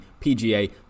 pga